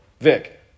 Vic